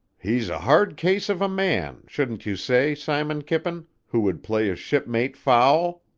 he's a hard case of a man, shouldn't you say, simon kippen, who would play a shipmate foul?